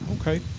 Okay